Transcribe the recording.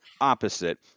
opposite